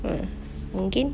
mm mungkin